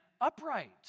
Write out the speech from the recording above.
upright